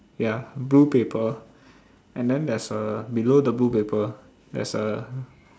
ya blue paper and then there's a below the blue paper there's a